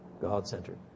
God-centered